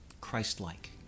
Christ-like